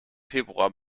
februar